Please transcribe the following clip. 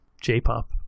J-pop